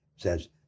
says